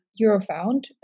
Eurofound